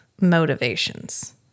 motivations